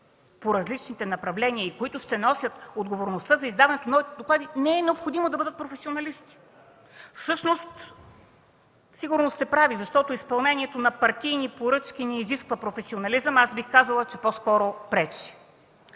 по различните направления, и които ще носят отговорността за издаването на одитни доклади, не е необходимо да бъдат професионалисти. Всъщност сигурно сте прави, защото изпълнението на партийни поръчки не изисква професионализъм, аз бих казала, че по-скоро пречи.